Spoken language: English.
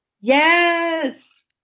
Yes